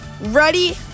Ready